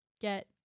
get